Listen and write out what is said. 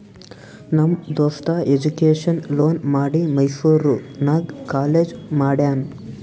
ನಮ್ ದೋಸ್ತ education loan ಮಾಡಿ ಮೈಸೂರು ನಾಗ್ ಕಾಲೇಜ್ ಮಾಡ್ಯಾನ್